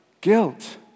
guilt